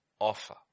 offer